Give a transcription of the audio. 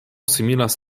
similas